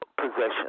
possession